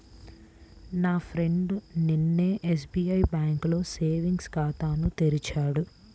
నా ఫ్రెండు నిన్ననే ఎస్బిఐ బ్యేంకులో సేవింగ్స్ ఖాతాను తెరిచాడు